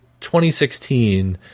2016